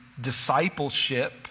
discipleship